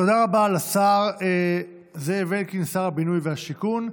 תודה רבה לשר זאב אלקין, שר הבינוי והשיכון.